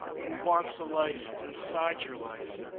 who wants a life inside your life.